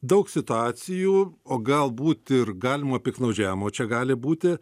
daug situacijų o galbūt ir galimo piktnaudžiavimo čia gali būti